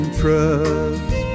trust